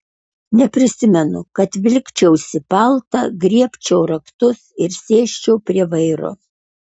neprisimenu kad vilkčiausi paltą griebčiau raktus ir sėsčiau prie vairo